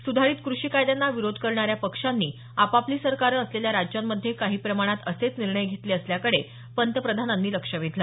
सुधारित कृषी कायद्यांना विरोध करणाऱ्या पक्षांनी आपापली सरकारं असलेल्या राज्यांमध्ये काही प्रमाणात असेच निर्णय घेतले असल्याकडे पंतप्रधानांनी लक्ष वेधलं